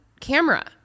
camera